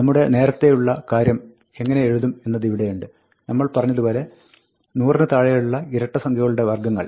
നമ്മുടെ നേരത്തെയുള്ള കാര്യം എങ്ങിനെ എഴുതും എന്നത് ഇവിടെയുണ്ട് നമ്മൾ പറഞ്ഞതുപോലെ 100 ന് താഴെയുള്ള ഇരട്ട സംഖ്യകളുടെ വർഗ്ഗങ്ങൾ